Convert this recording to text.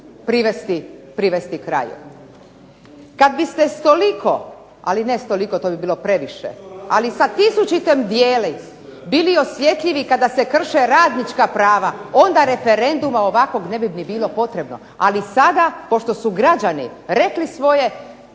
privesti kraju. Kad biste s toliko, ali ne s toliko to bi bilo previše, ali sa tisućitim …/Ne razumije se./… bili osjetljivi kada se krše radnička prava, onda referenduma ovakvog ne bi bilo potrebno, ali sada pošto su građani rekli svoje,